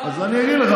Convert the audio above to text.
אז אני אגיד לך.